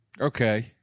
Okay